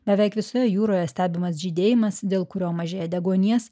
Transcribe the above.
beveik visoje jūroje stebimas žydėjimas dėl kurio mažėja deguonies